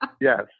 yes